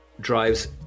drives